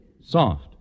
soft